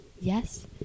Yes